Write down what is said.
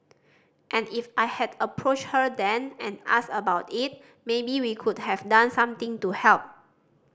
and if I had approached her then and asked about it maybe we could have done something to help